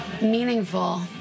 meaningful